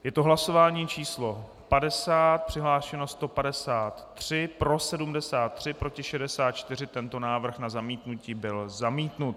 Je to hlasování číslo 50, přihlášeno 153, pro 73, proti 64, návrh na zamítnutí byl zamítnut.